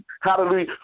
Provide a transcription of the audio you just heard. hallelujah